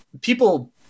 people